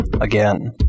Again